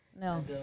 No